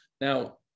now